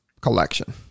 collection